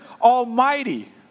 Almighty